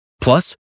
Plus